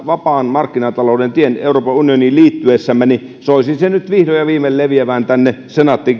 vapaan markkinatalouden tien euroopan unioniin liittyessämme niin soisin nyt vihdoin ja viimein tämän markkinatalouden ihanuuden leviävän tänne senaatti